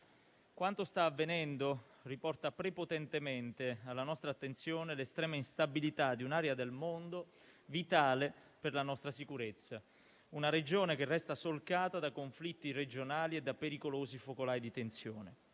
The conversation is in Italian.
Quanto sta avvenendo riporta prepotentemente alla nostra attenzione l'estrema instabilità di un'area del mondo vitale per la nostra sicurezza, una regione che resta solcata da conflitti regionali e da pericolosi focolai di tensione.